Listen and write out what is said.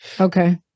okay